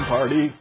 Party